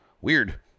Weird